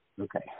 Okay